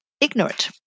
ignorant